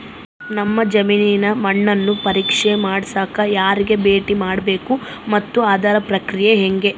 ನಮ್ಮ ಜಮೇನಿನ ಮಣ್ಣನ್ನು ಪರೇಕ್ಷೆ ಮಾಡ್ಸಕ ಯಾರಿಗೆ ಭೇಟಿ ಮಾಡಬೇಕು ಮತ್ತು ಅದರ ಪ್ರಕ್ರಿಯೆ ಹೆಂಗೆ?